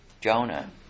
Jonah